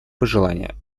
пожелание